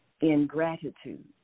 ingratitude